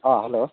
ꯑꯥ hello